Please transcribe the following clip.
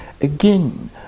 Again